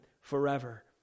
forever